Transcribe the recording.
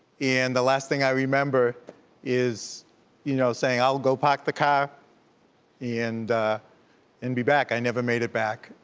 and the last thing i remember is you know saying i'll go park the car and and be back. i never made it back.